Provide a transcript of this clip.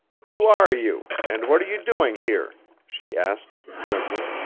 who are you, and what are you doing here? she asked grimly.